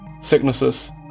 sicknesses